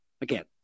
again